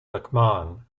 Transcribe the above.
mcmahon